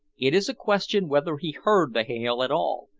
it is a question whether he heard the hail at all,